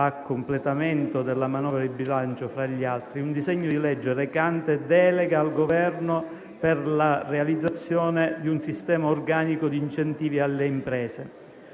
a completamento della manovra di bilancio, fra gli altri, un disegno di legge recante delega al Governo per la realizzazione di un sistema organico di incentivi alle imprese.